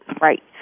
Right